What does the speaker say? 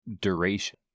duration